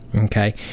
okay